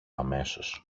αμέσως